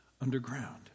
Underground